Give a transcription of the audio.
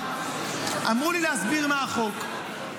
אמרו לי להסביר מה החוק.